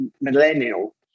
millennial